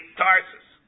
tarsus